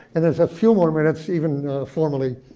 and there's a few more minutes, even formally